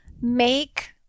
make